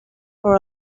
for